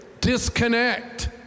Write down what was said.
Disconnect